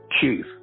chief